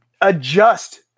Adjust